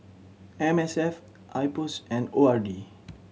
M S F IPOS and O R D